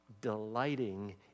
delighting